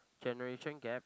generation gap